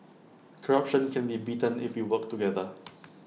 corruption can be beaten if we work together